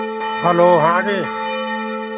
hello ہاں جی